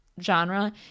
Genre